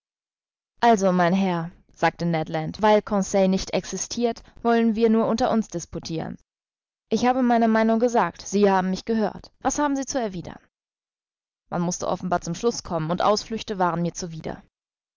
also mein herr sagte ned land weil conseil nicht existirt wollen wir nur unter uns disputiren ich habe meine meinung gesagt sie haben mich gehört was haben sie zu erwidern man mußte offenbar zum schluß kommen und ausflüchte waren mir zuwider